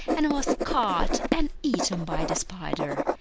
and was caught and eaten by the spider,